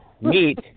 meat